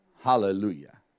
Hallelujah